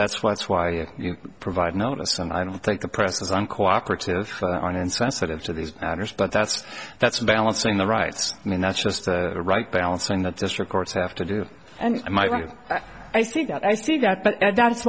that's why that's why you provide notice and i don't think the press was uncooperative on and sensitive to these matters but that's that's balancing the rights and that's just the right balance in the district courts have to do and i think that i see that but that's